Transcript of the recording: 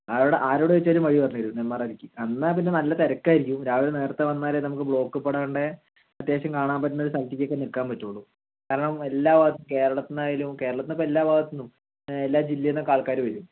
ആരോട് ആരോടു ചോദിച്ചാൽ വഴി പറഞ്ഞ് തരും നെമ്മാറ വല്ലിയ്ക്ക് അന്നാ പിന്നെ നല്ല തിരക്കായിരിക്കും രാവിലെ നേരത്തെ വന്നാലെ നമുക്ക് ബ്ലോക്കിപ്പെടാണ്ട് അത്യാവശ്യം കാണാൻ പറ്റുന്ന ഒര് സ്ഥലത്തേക്ക് ഒക്കെ നിക്കാൻ പറ്റോള്ളു കാർണം എല്ലാവരും കേരളത്ത്ന്നായാലും കേരളത്ത് ഇപ്പോൾ എല്ലാഭാഗത്ത്ന്നും എല്ലാ ജില്ലയിന്നും ഒക്കെ ആൾക്കാര് വരും